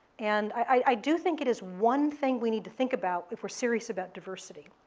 and i do think it is one thing we need to think about if we're serious about diversity.